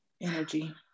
energy